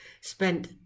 spent